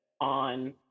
on